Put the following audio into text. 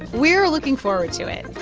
we're looking forward to it